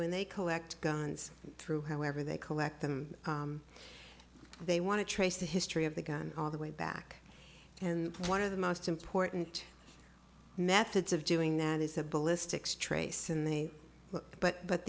when they collect guns through however they collect them they want to trace the history of the gun all the way back and one of the most important methods of doing that is a ballistics trace in the butt but